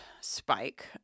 Spike